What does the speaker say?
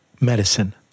medicine